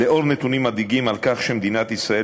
לנוכח נתונים מדאיגים על כך שמדינת ישראל